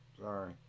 sorry